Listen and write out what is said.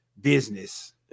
business